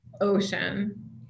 Ocean